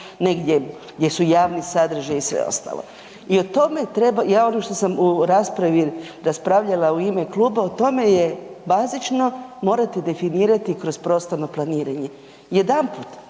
negdje gdje su javni sadržaji i sve ostalo. I o tome treba, ja ono što sam u raspravi raspravljala u ime kluba, o tome je bazično, morate definirate kroz prostorno planiranje. Jedanput